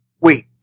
Wait